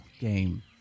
game